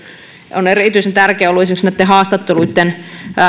on erityisen tärkeää ollut esimerkiksi noitten haastattelujen